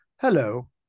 hello